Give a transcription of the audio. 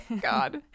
God